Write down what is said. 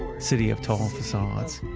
city of tall facades,